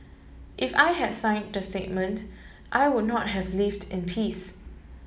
if I had signed that statement I would not have lived in peace